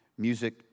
Music